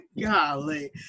golly